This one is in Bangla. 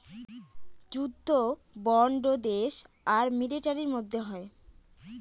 যুদ্ধ বন্ড দেশ আর মিলিটারির মধ্যে হয়